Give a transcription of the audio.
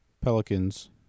Pelicans